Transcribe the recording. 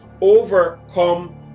Overcome